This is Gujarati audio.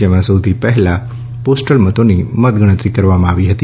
જેમાં સૌથી પહેલાં પોસ્ટલ મતોની મતગણતરી કરવામાં આવી હતી